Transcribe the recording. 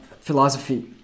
philosophy